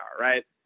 right